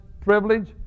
privilege